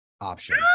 option